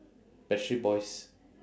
backstreet boys